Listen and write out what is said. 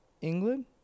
England